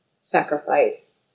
sacrifice